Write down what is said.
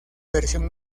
versión